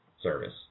service